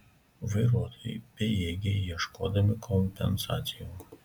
vairuotojai bejėgiai ieškodami kompensacijų